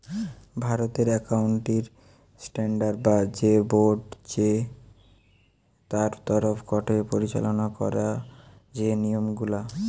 ভারতের accounting standard যে board চে তার তরফ গটে পরিচালনা করা যে নিয়ম গুলা